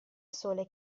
sole